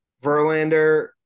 verlander